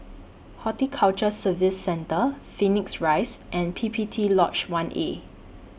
Horticulture Services Centre Phoenix Rise and P P T Lodge one A